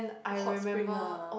hot spring ah